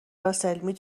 راسل، می